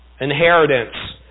Inheritance